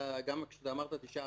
כשאמרת 9%,